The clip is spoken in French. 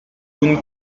une